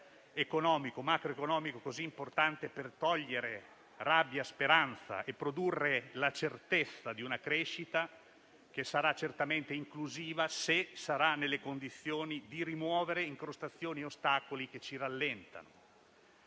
macroeconomico così importante per togliere rabbia e speranza e produrre la certezza di una crescita che sarà certamente inclusiva se sarà nelle condizioni di rimuovere le incrostazioni e gli ostacoli che ci rallentano.